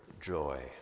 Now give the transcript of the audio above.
joy